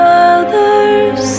others